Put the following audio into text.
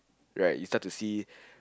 right you start to see